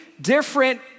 different